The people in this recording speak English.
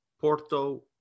Porto